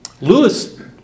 Lewis